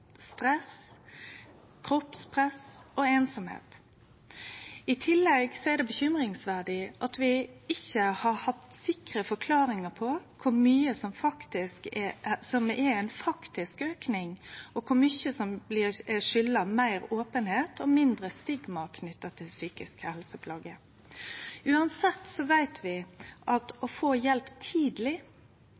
stress, kroppspress og einsemd. I tillegg er det urovekkjande at vi ikkje har hatt sikre forklaringar på kor mykje som er ein faktisk auke, og kor mykje som skuldast meir openheit og mindre stigma knytt til psykiske helseplager. Uansett veit vi at å få hjelp tidleg